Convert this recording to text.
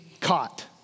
caught